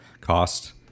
cost